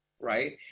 right